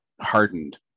hardened